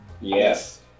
Yes